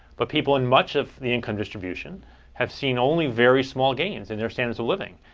but people in much of the income distribution have seen only very small gains in their standards of living.